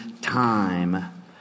time